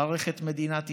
ברך את מדינת ישראל,